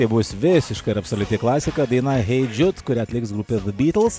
tai bus visiška ir absoliuti klasika daina hei džut kurią atliks grupė de bytlz